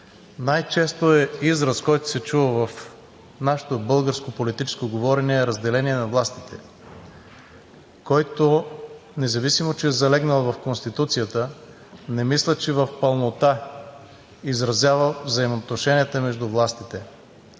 най-честият израз, който се чува в нашето българско политическо говорене е „разделение на властите“, който, независимо, че е залегнал в Конституцията, не мисля, че в пълнота изразява взаимоотношенията между властите.